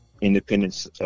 independence